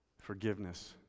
forgiveness